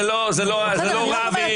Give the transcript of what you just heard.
זה לא רב עיר.